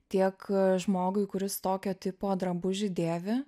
tiek žmogui kuris tokio tipo drabužį dėvi